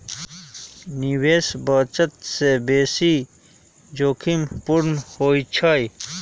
निवेश बचत से बेशी जोखिम पूर्ण होइ छइ